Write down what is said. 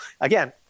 again